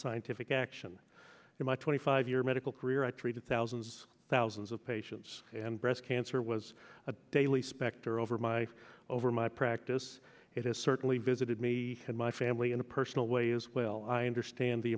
scientific action in my twenty five year medical career i treated thousands thousands of patients and breast cancer was a daily specter over my over my practice it is certainly visited me and my family in a personal way as well i understand the